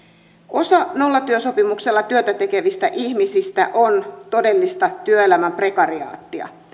osa nollatyösopimuksella työtä tekevistä ihmisistä on todellista työelämän prekariaattia